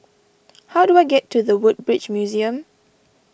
how do I get to the Woodbridge Museum